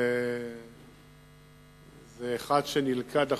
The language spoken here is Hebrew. זה אחד שנלכד עכשיו,